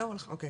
אני